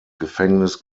gefängnis